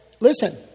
listen